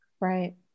Right